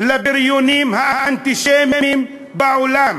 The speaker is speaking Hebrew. לבריונים האנטישמים בעולם?